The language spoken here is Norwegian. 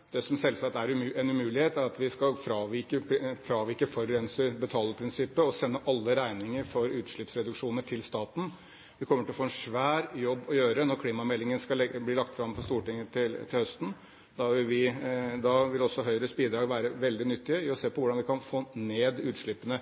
det eventuelt vil koste. Det som selvsagt er en umulighet, er at vi skal fravike forurenser-betaler-prinsippet og sende alle regninger for utslippsreduksjoner til staten. Vi kommer til å få en svær jobb å gjøre når klimameldingen blir lagt fram for Stortinget til høsten. Da vil også Høyres bidrag være veldig nyttig når det gjelder å se på hvordan vi kan få ned utslippene